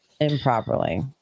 Improperly